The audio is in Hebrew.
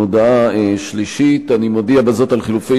הודעה שלישית: אני מודיע בזאת על חילופי